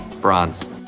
Bronze